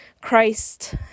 Christ